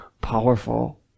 powerful